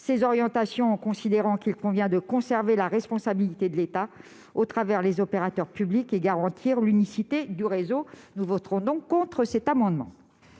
ces orientations, car nous considérons qu'il convient de laisser à l'État sa responsabilité en la matière, au travers des opérateurs publics, et de garantir l'unicité du réseau. Nous voterons donc contre cet amendement.